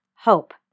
hope